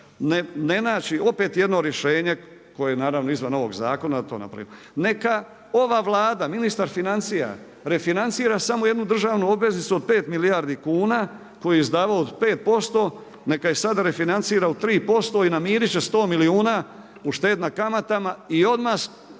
ne naći opet jedno rješenje koje je naravno izvan ovog zakona da to napravim. Neka ova Vlada, ministar financija refinancira samo jednu državnu obveznicu od 5 milijardi kuna koju je izdavao od 5%, neka je sada refinancira u 3% i namiriti će 100 milijuna, uštediti na kamatama i odmah